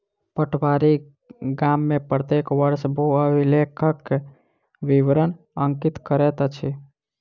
पटवारी गाम में प्रत्येक वर्ष भू अभिलेखक विवरण अंकित करैत अछि